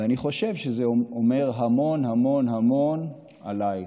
ואני חושב שזה הוא אומר המון המון המון עלייך,